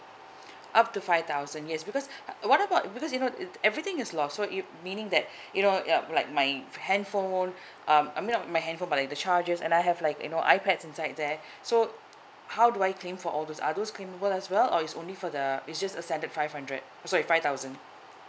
up to five thousand yes because what about because you know uh everything is lost so you meaning that you know uh like my handphone um I mean not my handphone but like the chargers and I have like you know ipads inside there so how do I claim for all those are those claimable as well or it's only for the it's just a standard five hundred sorry five thousand